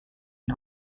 and